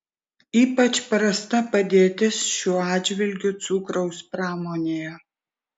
ypač prasta padėtis šiuo atžvilgiu cukraus pramonėje